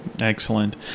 excellent